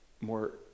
more